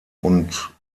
und